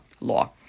law